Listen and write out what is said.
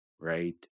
right